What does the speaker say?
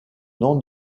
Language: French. nom